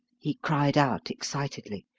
he cried out excitedly.